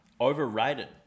Overrated